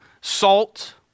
salt